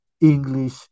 English